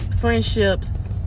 friendships